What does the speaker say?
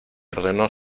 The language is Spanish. ordenó